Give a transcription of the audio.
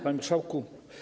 Panie Marszałku!